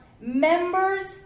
members